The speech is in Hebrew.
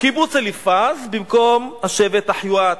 קיבוץ אליפז, במקום השבט אחיואת,